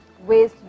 ways